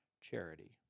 charity